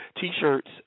T-shirts